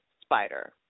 spider